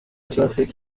safi